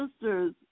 sisters